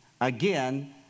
again